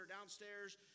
downstairs